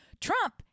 Trump